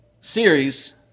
series